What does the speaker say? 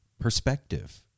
perspective